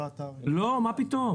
לא, מה פתאום.